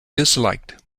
disliked